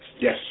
Yes